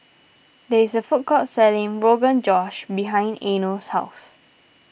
there is a food court selling Rogan Josh behind Eino's house